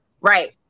Right